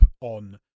on